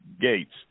Gates